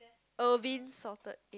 Irvins salted